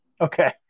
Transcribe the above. okay